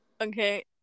okay